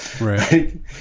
Right